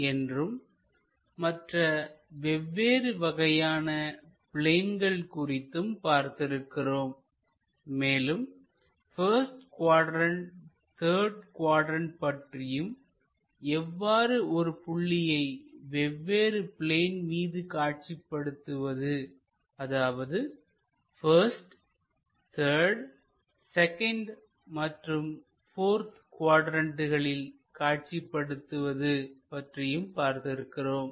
என்றும் மற்ற வெவ்வேறு வகையான பிளேன்கள் குறித்தும் பார்த்திருக்கிறோம் மேலும் பஸ்ட் குவாட்ரண்ட் த்தர்டு குவாட்ரண்ட் பற்றியும் எவ்வாறு ஒரு புள்ளியை வெவ்வேறு பிளேன் மீது காட்சிப்படுத்துவது அதாவது பஸ்ட் த்தர்டு செகண்ட் மற்றும் போர்த் குவாட்ரண்ட்களில் காட்சிப்படுத்துவது பற்றியும் பார்த்திருக்கிறோம்